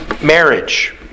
marriage